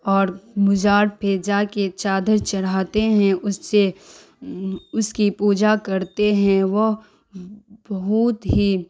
اور مزار پہ جا کے چادر چڑھاتے ہیں اس سے اس کی پوجا کرتے ہیں وہ بہت ہی